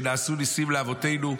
שבהם נעשו ניסים לאבותינו,